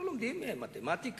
לא לומדים מתמטיקה,